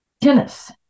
Tennis